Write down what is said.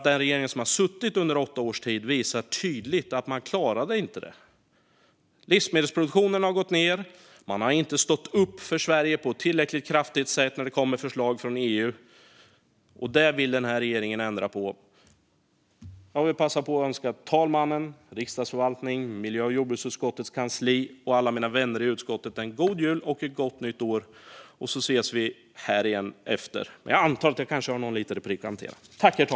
Den regering som har suttit vid makten under åtta års tid har nämligen tydligt visat att de inte klarade det. Livsmedelsproduktionen har gått ned. De har inte stått upp för Sverige på ett tillräckligt kraftfullt sätt när det har kommit förslag från EU. Det vill den här regeringen ändra på. Jag vill passa på att önska talmannen, Riksdagsförvaltningen, miljö och jordbruksutskottets kansli och alla mina vänner i utskottet en god jul och ett gott nytt år. Vi ses här igen efter helgerna. Men jag antar att jag först har någon liten replik att hantera.